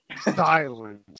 Silent